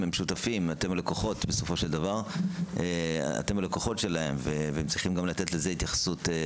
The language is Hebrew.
אתם לקוחת שלהם והם צריכים לתת לכך התייחסות.